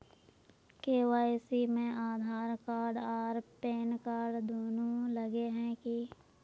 KYC में Aadhaar card आर PAN card दुनू लगे है की?